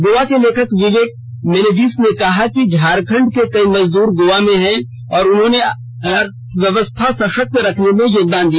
गोवा के लेखक विवेक मेनेजिस ने कहा कि झारखंड के कई मजदूर गोवा में हैं और उन्होंने अर्थव्यवस्था सशक्त रखने में योगदान दिया